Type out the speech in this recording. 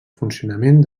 funcionament